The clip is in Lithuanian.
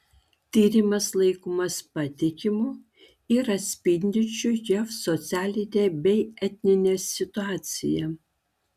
tyrimas laikomas patikimu ir atspindinčiu jav socialinę bei etninę situaciją